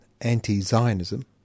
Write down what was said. anti-Zionism